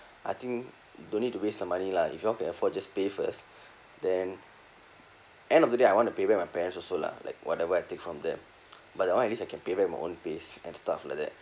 I think don't need to waste the money lah if you all can afford just pay first then end of the day I want to pay back my parents also lah like whatever I take from them but that one at least I can pay back my own pace and stuff like that